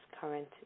current